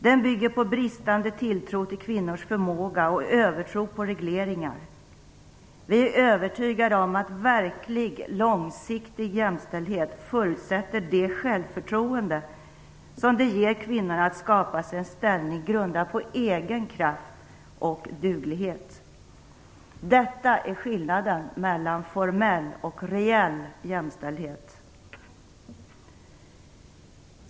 Den bygger på bristande tilltro till kvinnors förmåga och övertro på regleringar. Vi är övertygade om att verklig, långsiktig jämställdhet förutsätter det självförtroende som det ger kvinnorna att skapa sig en ställning grundad på egen kraft och duglighet. Detta är skillnaden mellan formell och reell jämställdhet.